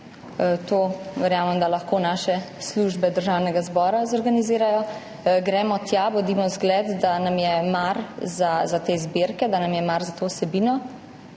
to verjamem, da lahko naše službe Državnega zbora zorganizirajo. Gremo tja, bodimo zgled, da nam je mar za te zbirke, da nam je mar za to vsebino.